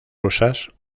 rusas